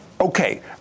Okay